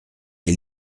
est